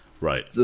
Right